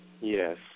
Yes